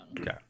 Okay